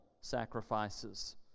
sacrifices